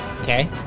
Okay